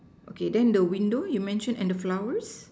okay then the window you mention and the flowers